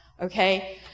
okay